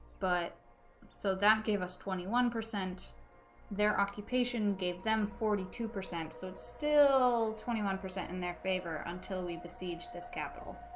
but so that gave us twenty one percent their occupation gave them forty two percent so it's still twenty one percent in their favor until we besieged this capital